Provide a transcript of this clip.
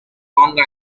long